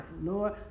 Lord